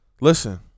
listen